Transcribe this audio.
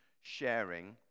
sharing